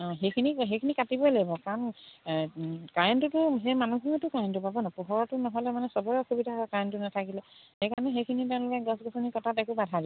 অঁ সেইখিনি সেইখিনি কাটিবই লাগিব কাৰণ কাৰেণ্টটোতো সেই মানুহখিনিতো কাৰেণ্টটো পাব ন পোহৰটো নহ'লে মানে চবৰে অসুবিধা হয় কাৰেণ্টটো নাথাকিলে সেইকাৰণে সেইখিনি তেওঁলোকে গছ গছনি কটাত একো বাধা নাই